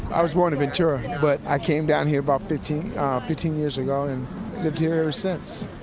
i was born in ventura but i came down here about fifteen fifteen years ago, and lived here since.